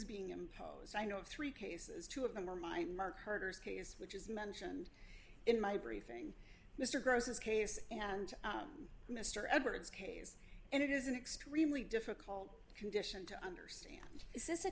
being imposed i know of three cases two of them are my mark herder's case which is mentioned in my briefing mr gross's case and mr edwards caves and it is an extremely difficult condition to understand is this a